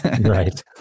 Right